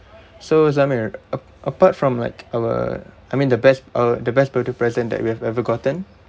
so zamir a~ apart from like our I mean the best uh the best birthday present that we have ever gotten